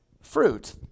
fruit